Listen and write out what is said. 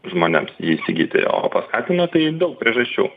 žmonėms jį įsigyti o paskatino tai daug priežasčių